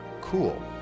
cool